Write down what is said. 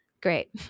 great